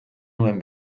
nuen